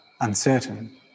uncertain